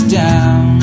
down